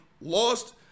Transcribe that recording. Lost